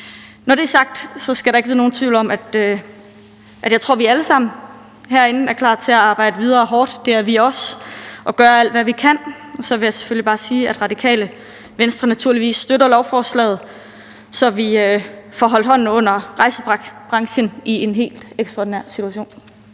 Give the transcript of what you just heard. Når det er sagt, skal der ikke være nogen tvivl om, at jeg tror, vi alle sammen herinde er klar til at arbejde hårdt videre og gøre alt, hvad vi kan. Det er vi også. Så vil jeg bare sige, at Radikale Venstre naturligvis støtter lovforslaget, så vi får holdt hånden under rejsebranchen i en helt ekstraordinær situation.